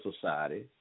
society